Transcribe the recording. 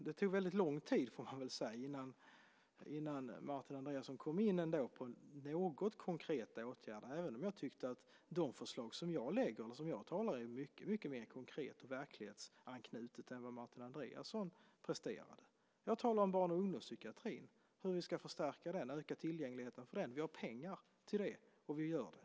Det tog väldigt lång tid, får man väl säga, innan Martin Andreasson kom in på något konkreta åtgärder. Jag tycker att de förslag som jag lägger fram och som jag talar om är mycket mer konkreta och verklighetsanknutna än vad Martin Andreasson presterade. Jag talar om barn och ungdomspsykiatrin, hur vi ska förstärka den och öka tillgängligheten till den. Vi har pengar till det, och vi gör det.